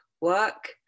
work